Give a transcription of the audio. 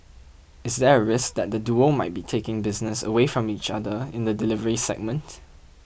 is there a risk that the duo might be taking business away from each other in the delivery segment